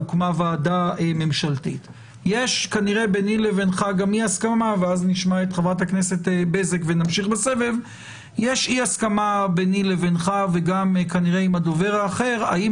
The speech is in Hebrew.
יש ביני לבינך אי-הסכמה וגם כנראה עם קודמך האם